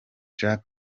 jack